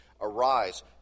arise